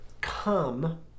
Come